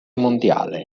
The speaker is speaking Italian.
mondiale